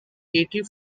eighty